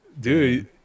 dude